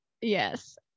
Yes